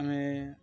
ଆମେ